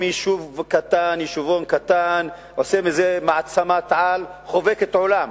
מיישובון קטן הוא עושה מעצמת-על חובקת עולם